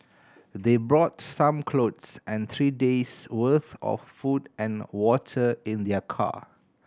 they brought some clothes and three days' worth of food and water in their car